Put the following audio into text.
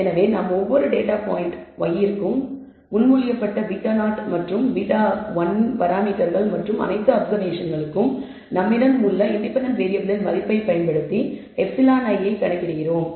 எனவே நாம் ஒவ்வொரு டேட்டா பாயிண்ட்ட yi ற்கும் முன்மொழியப்பட்ட β0 மற்றும் β1 பராமீட்டர்கள் மற்றும் அனைத்து அப்சர்வேஷன்களுக்கும் நம்மிடம் உள்ள இண்டிபெண்டன்ட் வேறியபிள்களின் மதிப்பைப் பயன்படுத்தி εi ஐ கணக்கிடுகிறோம்